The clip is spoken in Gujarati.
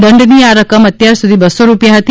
દંડની આ રકમ અત્યાર સુધી બસસો રૂપીયા હતી